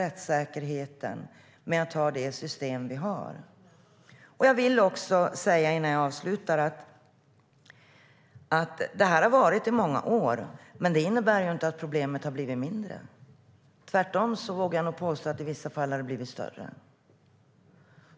Rättssäkerheten hotas genom att vi har det system vi har. Innan jag avslutar vill jag tillägga att så här har det varit i många år, men det innebär inte att problemet har blivit mindre. Tvärtom vågar jag nog påstå att det i vissa fall blivit större.